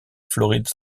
floride